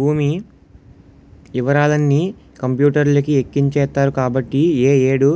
భూమి యివరాలన్నీ కంపూటర్లకి ఎక్కించేత్తరు కాబట్టి ఏ ఏడు